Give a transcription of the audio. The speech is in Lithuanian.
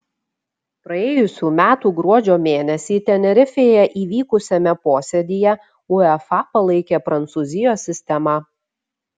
praėjusių metų gruodžio mėnesį tenerifėje įvykusiame posėdyje uefa palaikė prancūzijos sistemą